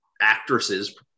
actresses